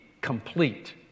complete